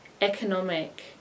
economic